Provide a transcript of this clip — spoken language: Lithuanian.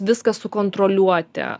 viską sukontroliuoti